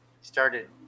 started